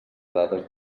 dades